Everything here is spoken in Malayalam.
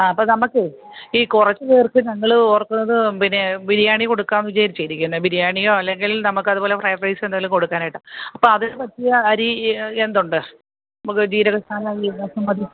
ആ അപ്പം നമുക്കേ ഈ കുറച്ച് പേർക്ക് ഞങ്ങൾ ഓർക്കുന്നത് പിന്നെ ബിരിയാണി കൊടുക്കാം വിചാരിച്ചാണ് ഇരിക്കുന്നത് ബിരിയാണിയോ അല്ലെങ്കിൽ നമുക്ക് അതുപോലെ ഫ്രൈഡ് റൈസോ എന്തെങ്കിലും കൊടുക്കാനായിട്ടാണ് അപ്പം അതിന് പറ്റിയ അരി എന്തുണ്ട് നമുക്ക് ജീരകശാല അരി